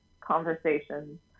conversations